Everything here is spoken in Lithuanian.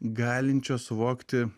galinčio suvokti